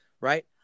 right